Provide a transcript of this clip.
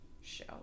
show